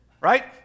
Right